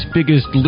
Biggest